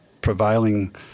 prevailing